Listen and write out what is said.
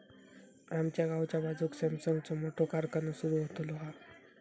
आमच्या गावाच्या बाजूक सॅमसंगचो मोठो कारखानो सुरु होतलो हा